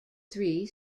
three